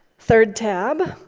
third tab.